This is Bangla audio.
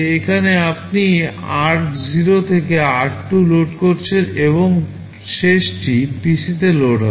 এখানে আপনি r0 থেকে r2 লোড করছেন এবং শেষটি PCতে লোড হবে